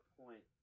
point